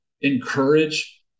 encourage